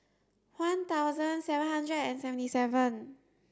one thousand seven hundred and seventy seven